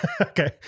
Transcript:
okay